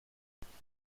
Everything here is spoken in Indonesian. selamat